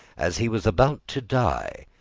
as he was about to die,